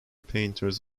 painters